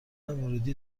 ورودی